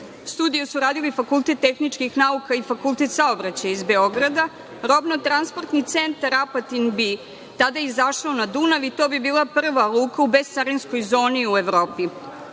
Studiju su radili Fakultet tehničkih nauka i Fakultet saobraćaja iz Beograda. Robno-transportni centar Apatin bi tada izašao na Dunav i to bi bila prva luka u bezcarinskoj zoni u Evropi.